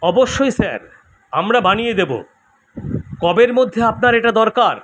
অবশ্যই স্যার আমরা বানিয়ে দেবো কবের মধ্যে আপনার এটা দরকার